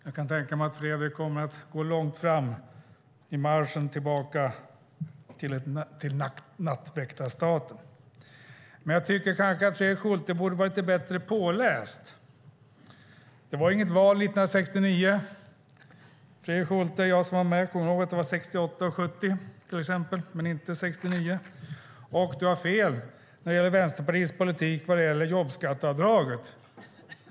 Jag kan tänka mig att Fredrik kommer att gå långt fram i marschen tillbaka till nattväktarstaten. Jag tycker dock kanske att Fredrik Schulte borde vara lite bättre påläst. Det var inget val 1969. Jag som var med kommer ihåg att det var 1968 och 1970, men inte 69. Du har också fel om Vänsterpartiets politik vad gäller jobbskatteavdraget.